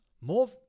more